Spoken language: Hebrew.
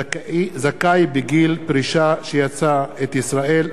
(זכאי בגיל פרישה שיצא את ישראל),